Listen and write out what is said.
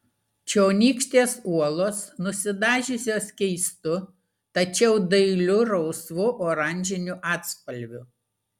čionykštės uolos nusidažiusios keistu tačiau dailiu rausvu oranžiniu atspalviu